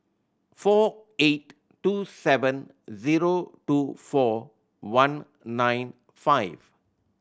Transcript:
four eight two seven zero two four one nine five